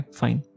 fine